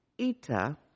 Ita